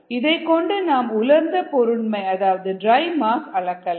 இதைக்கொண்டு நாம் உலர்ந்த பொருண்மை அதாவது டிரை மாஸ் அளக்கலாம்